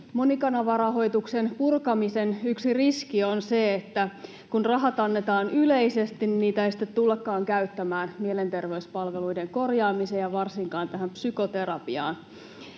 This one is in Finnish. Monikanavarahoituksen purkamisen yksi riski on se, että kun rahat annetaan yleisesti, niin niitä ei sitten tullakaan käyttämään mielenterveyspalveluiden korjaamiseen ja varsinkaan tähän psykoterapiaan.